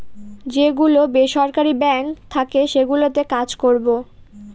যে গুলো বেসরকারি বাঙ্ক থাকে সেগুলোতে কাজ করবো